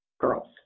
girls